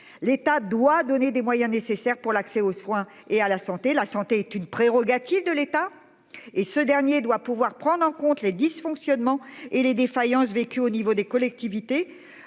L'État doit donner des moyens nécessaires pour l'accès aux soins et à la santé, la santé est une prérogative de l'État et ce dernier doit pouvoir prendre en compte les dysfonctionnements et les défaillances vécu au niveau des collectivités.